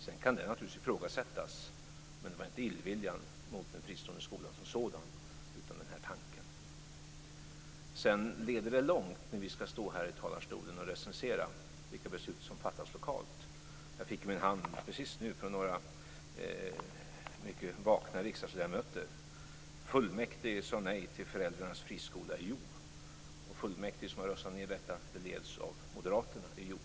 Det kan naturligtvis ifrågasättas, men det var inte fråga om illvilja mot den fristående skolan som sådan utan den här tanken. Det leder långt om vi ska stå här i talarstolen och recensera vilka beslut som fattas lokalt. Jag fick just nu veta av några vakna riksdagsledamöter: Fullmäktige sade nej till föräldrarnas friskola i Hjo. Det fullmäktige som hade röstat ned det leds av moderaterna i Hjo.